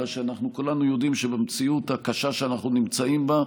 אלא שכולנו יודעים שבמציאות הקשה שאנחנו נמצאים בה,